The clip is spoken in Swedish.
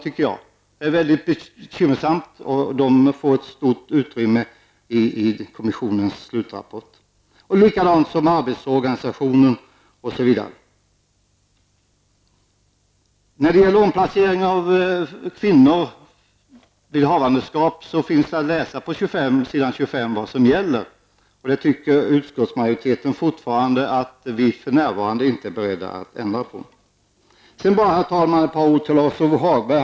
De är mycket bekymmersamma och de får ett stort utrymme i kommissionens slutrapport. Så är även fallet när det gäller arbetsorganisationen osv. När det gäller omplacering av kvinnor vid havandeskap finns det att läsa på s. 25 vad som gäller, och det tycker utskottets majoritet att vi för närvarande inte är beredda att ändra på. Sedan vill jag bara, herr talman, säga ett par ord till Lars-Ove Hagberg.